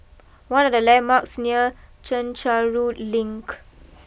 what are the landmarks near Chencharu Link